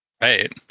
Right